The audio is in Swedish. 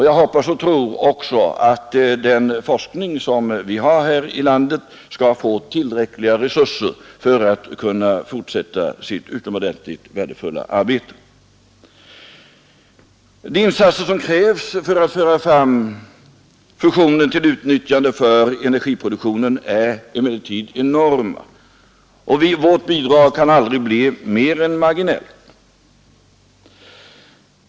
Jag hoppas och tror också att de forskare vi har här i landet skall få tillräckliga resurser för att kunna fortsätta sitt utomordentligt värdefulla arbete. De insatser som krävs för att föra fram fusionen till utnyttjande för energiproduktion är emellertid enorma, och vårt bidrag kan aldrig bli mer än marginellt.